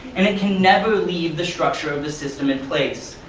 and it can never leave the structure of the system in place.